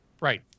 Right